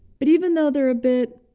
but even though they're a bit,